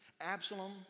Absalom